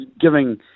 giving –